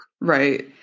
Right